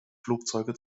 flugzeuge